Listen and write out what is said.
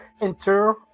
enter